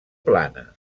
plana